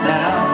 now